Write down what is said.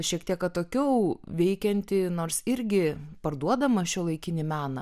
šiek tiek atokiau veikiantį nors irgi parduodamą šiuolaikinį meną